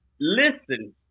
listen